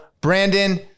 Brandon